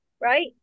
right